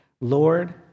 Lord